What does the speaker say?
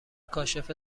کاشف